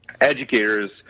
educators